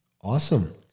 Awesome